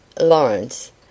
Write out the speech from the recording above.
lawrence